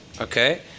okay